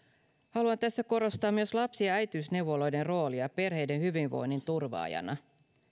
haluan tässä korostaa myös lapsi ja äitiysneuvoloiden roolia perheiden hyvinvoinnin turvaajana